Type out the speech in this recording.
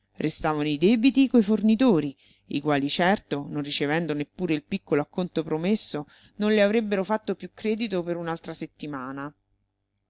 restavano i debiti coi fornitori i quali certo non ricevendo neppure il piccolo acconto promesso non le avrebbero fatto più credito per un'altra settimana